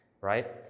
right